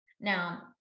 Now